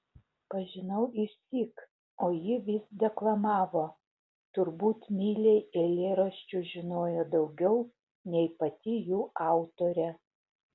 pažinau išsyk o ji vis deklamavo turbūt milei eilėraščių žinojo daugiau nei pati jų autorė